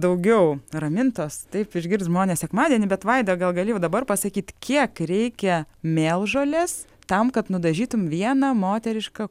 daugiau ramintos taip išgirs žmonės sekmadienį bet vaida gal gali jau dabar pasakyt kiek reikia mėlžolės tam kad nudažytum vieną moterišką